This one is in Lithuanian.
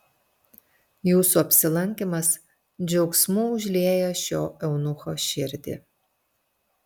jūsų apsilankymas džiaugsmu užlieja šio eunucho širdį